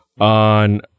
on